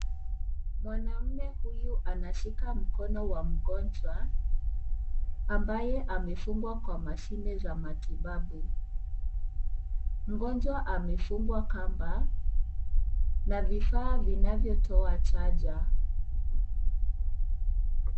Mwanaume huyu, anashika mkono wa mgonjwa, ambaye amefungwa kwa mashine za matibabu. Mgonjwa amefungwa kamba na vifaa vinavyotoa chaja.